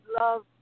love